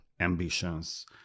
ambitions